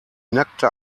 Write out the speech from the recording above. nackte